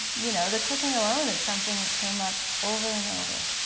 you know, the cooking alone is something that came up over and over.